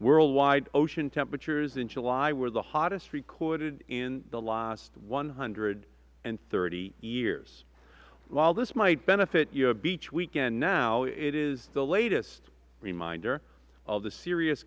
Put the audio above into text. worldwide ocean temperatures in july were the hottest recorded in the last one hundred and thirty years while this might benefit your beach weekend now it is the latest reminder of the serious